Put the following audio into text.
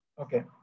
Okay